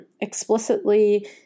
Explicitly